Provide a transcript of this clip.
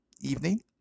evening